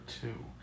two